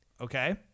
Okay